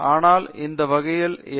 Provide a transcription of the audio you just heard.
எனவே அந்த வகையில் எம்